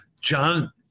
John